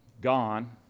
gone